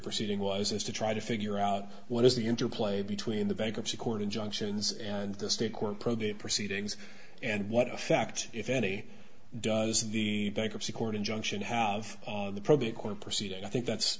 proceeding was is to try to figure out what is the interplay between the bankruptcy court injunctions and the state court probate proceedings and what effect if any does the bankruptcy court injunction have the probate court proceeding i think that's